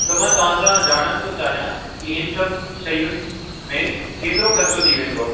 त मां तव्हां सां ॼाणण थो चाहियां की हिन सभु शयुनि में केतिरो ख़र्चो थी वेंदो